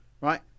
Right